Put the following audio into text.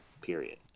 period